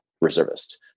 reservist